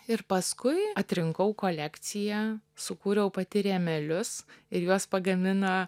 ir paskui atrinkau kolekciją sukūriau pati rėmelius ir juos pagamino